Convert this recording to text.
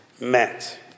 met